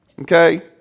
okay